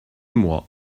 moi